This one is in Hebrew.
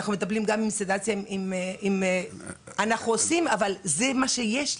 אנחנו עושים, אבל זה מה שיש לי.